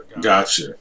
Gotcha